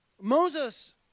Moses